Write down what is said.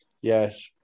Yes